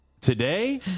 today